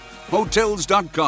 Hotels.com